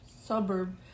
suburb